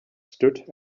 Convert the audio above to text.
stood